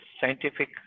scientific